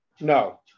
No